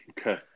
Okay